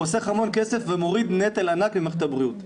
חוסך המון כסף ומוריד נטל ענק ממערכת הבריאות.